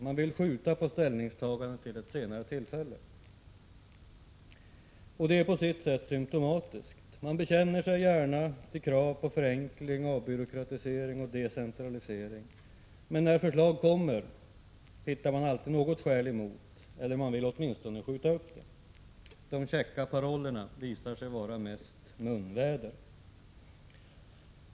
Man vill skjuta på ställningstagandet till ett senare tillfälle. Det är på sitt sätt symtomatiskt — man bekänner sig gärna till krav på förenkling, avbyråkratisering och decentralisering, men när förslag kommer hittar man alltid något skäl emot eller vill åtminstone skjuta upp genomförandet. De käcka parollerna visar sig vara mest munväder.